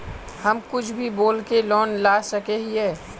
हम कुछ भी बोल के लोन ला सके हिये?